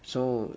so